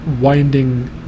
winding